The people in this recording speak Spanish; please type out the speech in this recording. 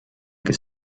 que